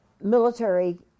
Military